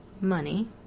Money